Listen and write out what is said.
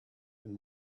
and